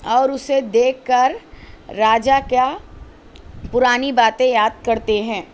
اور اسے دیکھ کر راجا کا پرانی باتیں یاد کرتے ہیں